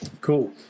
Cool